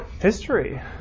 history